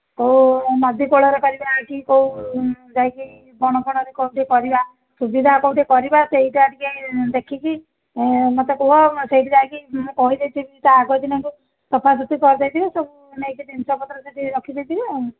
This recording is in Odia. କେଉଁ ନଦୀ କୁଳରେ କରିବା କି କେଉଁ ଯାଇକି ବଣ ଫଣରେ କେଉଁଠି କରିବା ସୁବିଧା କେଉଁଠି କରିବା ସେଇଟା ଟିକିଏ ଦେଖିକି ମୋତେ କୁହ ସେଇଠି ଯାଇକି ମୁଁ କହି ଦେଇଥିବି ତା ଆଗ ଦିନରୁ ସଫା ସୁଫି କରିଦେଇଥିବେ ସବୁ ନେଇକି ଜିନିଷ ପତ୍ର ସେଠି ରଖିଦେଇଥିବେ ଆଉ